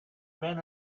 been